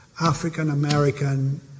African-American